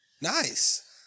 Nice